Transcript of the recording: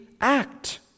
act